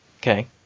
Okay